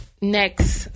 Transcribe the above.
next